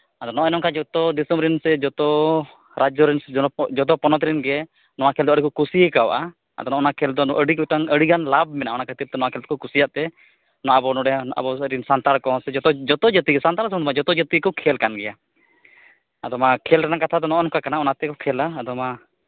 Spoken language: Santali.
ᱟᱫᱚ ᱱᱚᱜᱼᱚᱸᱭ ᱱᱚᱝᱠᱟ ᱡᱚᱛᱚ ᱫᱤᱥᱚᱢ ᱨᱮᱱ ᱥᱮ ᱡᱚᱛᱚ ᱨᱟᱡᱡᱚ ᱨᱮᱱ ᱡᱚᱛᱚ ᱯᱚᱱᱚᱛ ᱨᱮᱱ ᱜᱮ ᱱᱚᱣᱟ ᱠᱷᱮᱹᱞ ᱫᱚᱠᱚ ᱠᱩᱥᱤᱣᱟᱠᱟᱫᱼᱟ ᱟᱫᱚ ᱱᱚᱣᱟ ᱠᱷᱮᱹᱞ ᱫᱚ ᱟᱹᱰᱤ ᱜᱚᱴᱟᱝ ᱥᱮ ᱟᱹᱰᱤᱜᱟᱱ ᱞᱟᱵᱽ ᱢᱮᱱᱟᱜᱼᱟ ᱚᱱᱟ ᱠᱷᱟᱹᱛᱤᱨ ᱛᱮ ᱱᱚᱣᱟ ᱠᱷᱮᱹᱞ ᱫᱚᱠᱚ ᱠᱩᱥᱤᱭᱟᱜ ᱛᱮ ᱱᱚᱣᱟ ᱟᱵᱚ ᱱᱚᱸᱰᱮᱱ ᱟᱵᱚ ᱨᱤᱱ ᱥᱟᱱᱛᱟᱲ ᱠᱚ ᱥᱮ ᱡᱚᱛᱚ ᱡᱟᱹᱛᱤ ᱜᱮ ᱥᱟᱱᱛᱟᱲ ᱥᱩᱢᱩᱝ ᱫᱚ ᱵᱟᱝ ᱡᱚᱛᱚ ᱡᱟᱹᱛᱤ ᱜᱮᱠᱚ ᱠᱷᱮᱹᱞ ᱠᱟᱱ ᱜᱮᱭᱟ ᱟᱫᱚ ᱢᱟ ᱠᱷᱮᱹᱞ ᱨᱮᱱᱟᱝ ᱠᱟᱛᱷᱟ ᱫᱚ ᱱᱚᱜᱼᱚᱸᱭ ᱱᱚᱝᱠᱟ ᱠᱟᱱᱟ ᱚᱱᱟᱛᱮᱠᱚ ᱠᱷᱮᱹᱞᱟ ᱟᱫᱚ ᱢᱟ